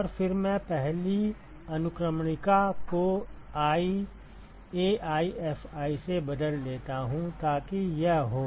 और फिर मैं पहली अनुक्रमणिका को i AiFi से बदल देता हूं ताकि यह हो